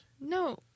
No